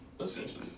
Essentially